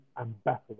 ambassador